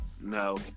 No